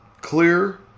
Clear